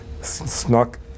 snuck